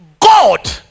God